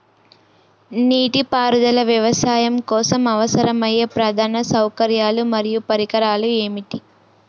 నీటిపారుదల వ్యవసాయం కోసం అవసరమయ్యే ప్రధాన సౌకర్యాలు మరియు పరికరాలు ఏమిటి?